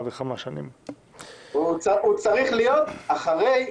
אני מציע לך לקרוא את